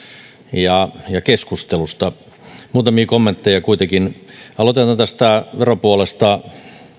ja ja keskustelusta muutamia kommentteja kuitenkin aloitetaan tästä veropuolesta